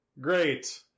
Great